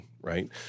right